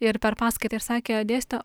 ir per paskaitą ir sakė dėsto